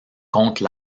contre